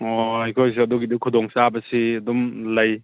ꯑꯣ ꯑꯩꯈꯣꯏꯁꯨ ꯑꯗꯨꯒꯤꯗꯣ ꯈꯨꯗꯣꯡꯆꯥꯕꯁꯤ ꯑꯗꯨꯝ ꯂꯩ